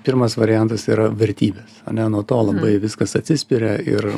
pirmas variantas yra vertybės ane nuo to labai viskas atsispiria ir